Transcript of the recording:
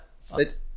sit